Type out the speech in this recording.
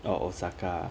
orh osaka ah